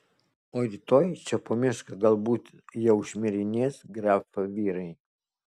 o rytoj čia po mišką galbūt jau šmirinės grafo vyrai